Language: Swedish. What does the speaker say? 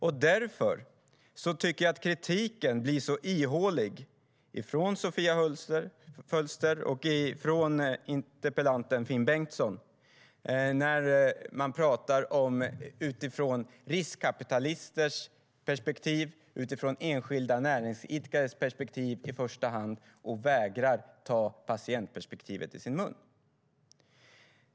Därför tycker jag att kritiken blir så ihålig från Sofia Fölster och från interpellanten Finn Bengtsson när de i första hand talar utifrån riskkapitalisters perspektiv och utifrån enskilda näringsidkarens perspektiv och vägrar ta patientperspektivet i sin mun.